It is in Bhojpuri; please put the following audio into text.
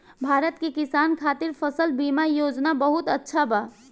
भारत के किसान खातिर फसल बीमा योजना बहुत अच्छा बा